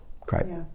great